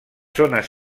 zones